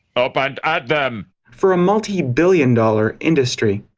up and, at them! for a multi-billion dollar industry.